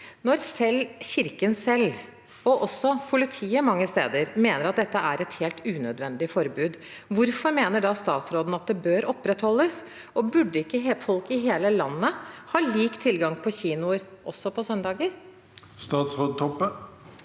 også politiet mange steder, mener at dette er et helt unødvendig forbud, hvorfor mener statsråden da at det bør opprettholdes? Burde ikke folk i hele landet ha lik tilgang på kinoer også på søndager? Statsråd Kjersti Toppe